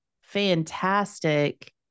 Fantastic